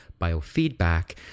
biofeedback